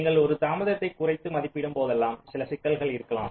நீங்கள் ஒரு தாமதத்தை குறைத்து மதிப்பிடும் பொழுதெல்லாம் சில சிக்கல்கள் இருக்கலாம்